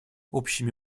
общими